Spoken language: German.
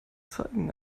zeigen